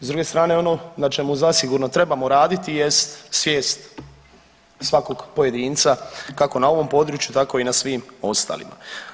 S druge strane ono na čemu zasigurno trebamo raditi jest svijest svakog pojedinca kako na ovom području tako i na svim ostalim.